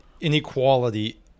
inequality